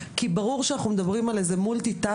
כי ברור שאנחנו מדברים על מולטי-טסקינג